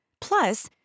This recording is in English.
Plus